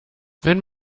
wenn